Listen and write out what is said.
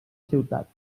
ciutat